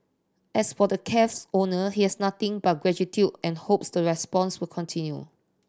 as for the cafe's owner he has nothing but gratitude and hopes the response will continue